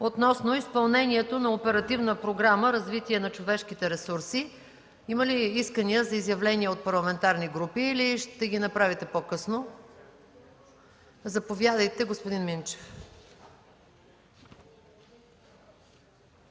относно изпълнението на Оперативна програма „Развитие на човешките ресурси”. Има ли искания за изявления от парламентарни групи, или ще ги направите по-късно? Заповядайте, господин Минчев